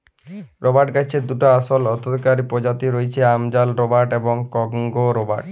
রবাট গাহাচের দুটা আসল অথ্থকারি পজাতি রঁয়েছে, আমাজল রবাট এবং কংগো রবাট